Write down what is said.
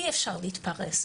אי אפשר להתפרש.